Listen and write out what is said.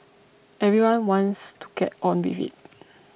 everyone wants to get on with it